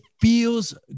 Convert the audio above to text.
feels